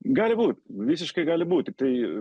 gali būt visiškai gali būti tai